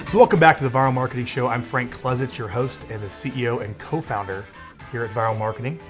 welcome back to the vyral marketing show. i'm frank klesitz, your host and ceo and co founder here at vyral marketing.